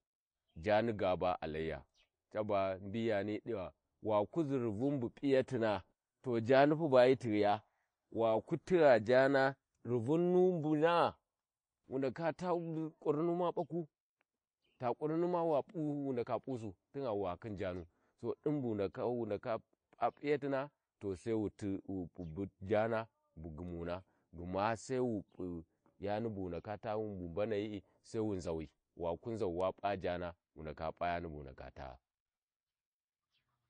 ﻿Jani ga bahi alayi jaba mbiyani hi diva wa kuʒi rivun bu p'iyatina to jani pu bahi tighiya waku tigha jana rivun nu mbunaa wu ndaka taa k’urinni ma ɓakwu ta Karin ma wa pu wu ndaka p’usu tingh wakhi Jauu to din bu tingha wa khin jauudin bu wu ndaka taa p’iyatina to sai wu p’u jana bu gumuna gma Sai wu p’u yani bu wu ndaka taa bu mbanayi Sai wu nzawa waƙu nzau wu ndaka p’a yani bu wu dnaka taa.